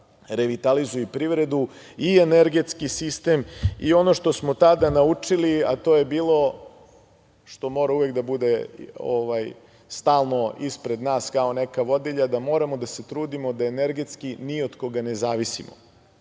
da revitalizuje i privredu i energetski sistem. Ono što smo tada naučili, a to je bilo, što mora uvek da bude stalno ispred nas kao neka vodilja, da moramo da se trudimo da energetski ni od koga ne zavisimo. Znači,